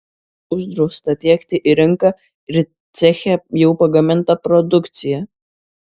uždrausta tiekti į rinką ir ceche jau pagamintą produkciją